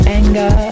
anger